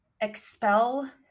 expel